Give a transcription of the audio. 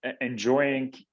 enjoying